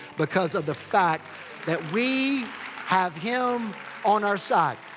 because of the fact that we have him on our side.